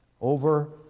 over